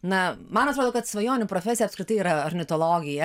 na man atrodo kad svajonių profesija apskritai yra ornitologija